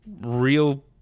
real